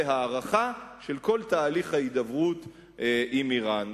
הערכה של כל תהליך ההידברות עם אירן.